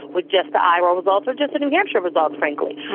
with just the iowa results or just the new hampshire results, frankly.